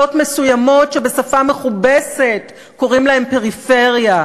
מסוימות שבשפה מכובסת קוראים להן "פריפריה",